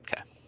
Okay